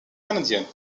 canadienne